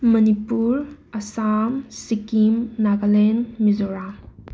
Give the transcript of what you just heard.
Manipur Assam Sikkim Nagaland Mizoram